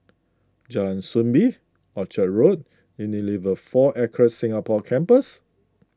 Jalan Soo Bee Orchard Road and Unilever four Acres Singapore Campus